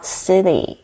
city